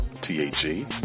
T-A-G